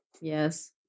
yes